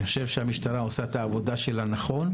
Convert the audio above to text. אני חושב שהמשטרה עושה את העבודה שלה בצורה נכונה,